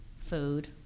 food